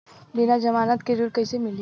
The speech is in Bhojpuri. बिना जमानत के ऋण कईसे मिली?